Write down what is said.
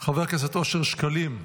חבר הכנסת אושר שקלים,